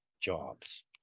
jobs